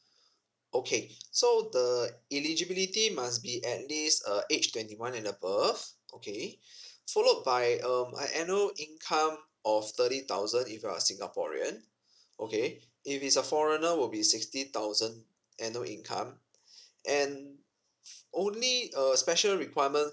okay so the eligibility must be at least uh age twenty one and above okay followed by um an annual income of thirty thousand if you are singaporean okay if it's a foreigner will be sixty thousand annual income and only uh special requirement